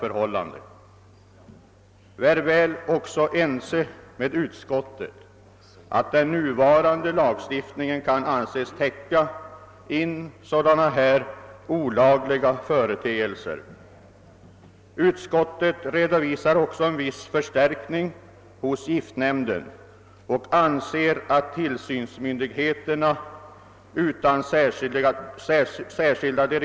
Jag är ense med utskottet att den nuvarande lagstiftningen kan anses täcka in olagliga företeelser av detta slag. Utskottet redovisar också att en viss förstärkning av giftnämndens sammansättning skett och anser att tillsynsmyndigheterna även utan särskilda direktiv i giftförordningen känner sitt ansvar.